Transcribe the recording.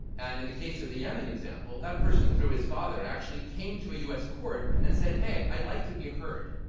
and in the case of the yemen example, that person through his father actually came to a u. s. court and said, hey, i'd like to be heard.